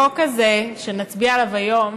החוק הזה, שנצביע עליו היום,